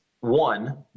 one